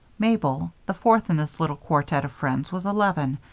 mabel, the fourth in this little quartet of friends, was eleven,